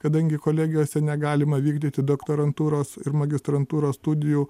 kadangi kolegijose negalima vykdyti doktorantūros ir magistrantūros studijų